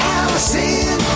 Allison